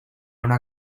una